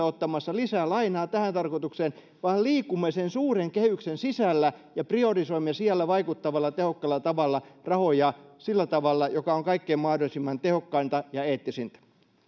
ottamassa lisää lainaa tähän tarkoitukseen vaan liikumme sen suuren kehyksen sisällä ja priorisoimme siellä vaikuttavalla tehokkaalla tavalla rahoja tavalla joka on kaikkein tehokkainta ja eettisintä